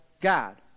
God